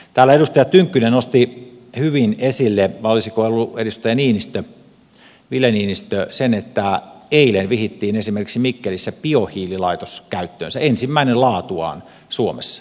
täällä edustaja tynkkynen nosti hyvin esille sen vai olisiko ollut edustaja ville niinistö että eilen esimerkiksi vihittiin mikkelissä biohiililaitos käyttöönsä ensimmäinen laatuaan suomessa